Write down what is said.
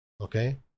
Okay